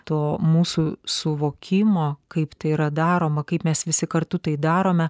to mūsų suvokimo kaip tai yra daroma kaip mes visi kartu tai darome